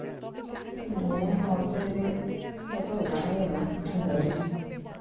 ᱱᱤᱭᱟᱹ ᱢᱚᱫᱽᱫᱷᱮ ᱨᱮᱜᱮ ᱡᱚᱛ ᱵᱷᱤᱴᱟᱢᱤᱱ ᱜᱮ ᱢᱮᱱᱟᱜᱼᱟ ᱫᱟᱹᱞ